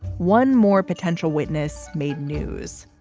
one more potential witness made news.